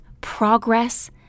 Progress